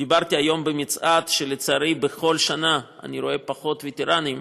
אמרתי היום במצעד שלצערי בכל שנה אני רואה פחות וטרנים,